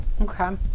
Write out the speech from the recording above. Okay